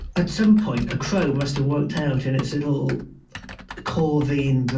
at some point a crow must've worked out in it's little corvian brain,